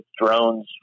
drones